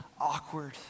awkward